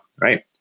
right